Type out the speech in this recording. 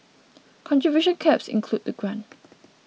contribution caps include the grant